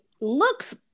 looks